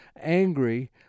angry